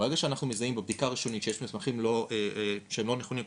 ברגע שאנחנו מזהים בבדיקה הראשונית שיש מסמכים שהם לא נכונים,